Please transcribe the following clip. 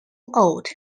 old